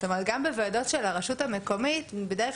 זאת אומרת גם בוועדות של הרשות המקומית בדרך